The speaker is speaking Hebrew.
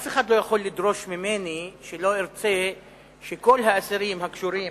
אף אחד לא יכול לדרוש ממני שלא ארצה שכל האסירים הקשורים